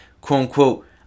quote-unquote